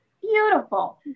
Beautiful